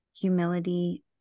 humility